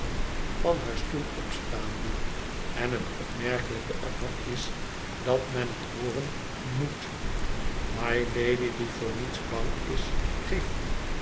van haar stoel opstaande en het opmerkelijke er van is dat men het hooren moet mylady die voor niets bang is geeft